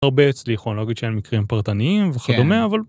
הרבה אצלי יכול להגיד שהם מקרים פרטניים וכדומה, אבל